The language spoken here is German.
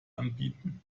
anbieten